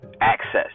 access